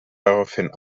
daraufhin